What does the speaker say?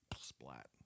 Splat